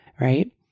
right